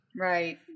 Right